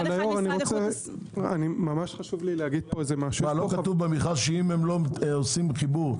לא כתוב במכרז שאם הם לא עושים חיבור,